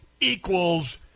equals